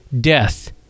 death